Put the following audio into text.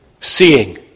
seeing